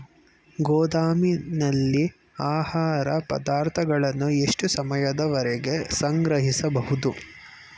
ಗೋದಾಮಿನಲ್ಲಿ ಆಹಾರ ಪದಾರ್ಥಗಳನ್ನು ಎಷ್ಟು ಸಮಯದವರೆಗೆ ಸಂಗ್ರಹಿಸಬಹುದು?